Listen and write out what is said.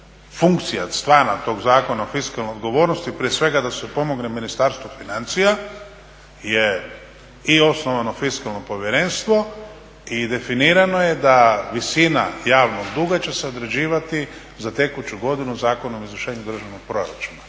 funkcija, stvarna tog Zakona o fiskalnoj odgovornosti prije svega da se pomogne Ministarstvu financija, je i osnovano Fiskalno povjerenstvo i definirano je da visina javnog duga će se određivati za tekuću godinu Zakonom o izvršenju državnog proračuna